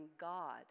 God